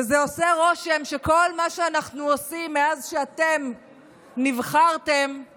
ועושה רושם שכל מה שאנחנו עושים מאז שאתם נבחרתם הוא